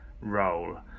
role